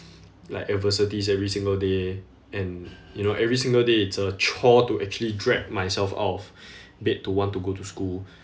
like adversities every single day and you know every single day it's a chore to actually drag myself out of bed to want to go to school